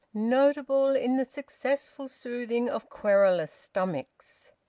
notable in the successful soothing of querulous stomachs,